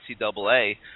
NCAA